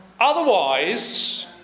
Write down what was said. Otherwise